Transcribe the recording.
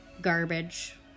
garbage